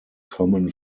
common